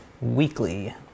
weekly